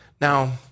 Now